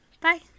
Bye